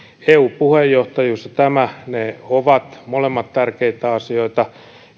eu puheenjohtajuus ja tämä ovat molemmat tärkeitä asioita